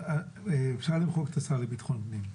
אפשר למחוק את השר לבטחון הפנים,